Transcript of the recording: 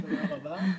תודה רבה.